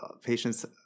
patients –